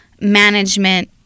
management